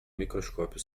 microscópio